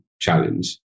challenge